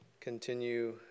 continue